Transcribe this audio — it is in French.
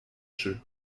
jeux